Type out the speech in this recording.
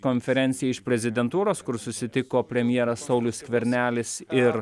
konferencija iš prezidentūros kur susitiko premjeras saulius skvernelis ir